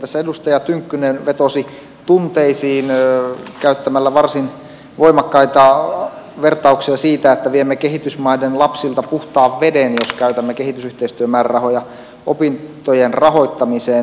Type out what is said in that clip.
tässä edustaja tynkkynen vetosi tunteisiin käyttämällä varsin voimakkaita vertauksia siitä että viemme kehitysmaiden lapsilta puhtaan veden jos käytämme kehitysyhteistyömäärärahoja opintojen rahoittamiseen